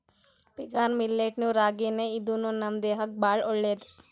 finger millet ನು ರಾಗಿನೇ ಇದೂನು ನಮ್ ದೇಹಕ್ಕ್ ಭಾಳ್ ಒಳ್ಳೇದ್